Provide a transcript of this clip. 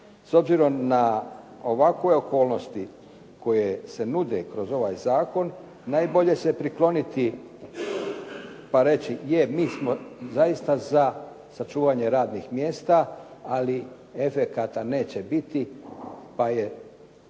S obzirom na ovakve okolnosti koje se nude kroz ovaj zakon najbolje se prikloniti pa reći je, mi smo zaista za sačuvanje radnih mjesta, ali efekata neće biti pa je